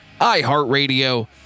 iHeartRadio